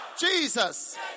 Jesus